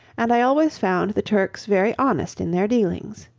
and i always found the turks very honest in their dealings.